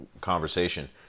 conversation